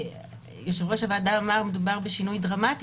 יושב-ראש הוועדה אמר: מדובר בשינוי דרמטי.